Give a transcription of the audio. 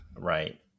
right